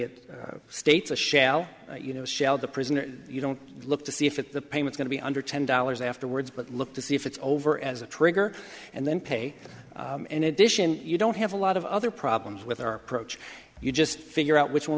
it states a shell you know shell the prison or you don't look to see if it the payment going to be under ten dollars afterwards but look to see if it's over as a trigger and then pay in addition you don't have a lot of other problems with our approach you just figure out which one